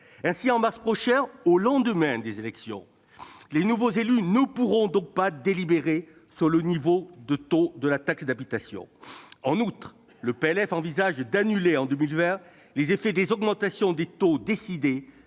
Ainsi, en mars prochain, au lendemain des élections municipales, les nouveaux élus ne pourront pas délibérer sur le taux de taxe d'habitation. En outre, le Gouvernement envisage d'annuler en 2020 les effets des augmentations de taux décidées